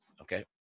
Okay